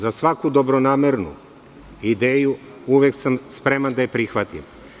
Za svaku dobronamernu ideju uvek sam spreman da je prihvatim.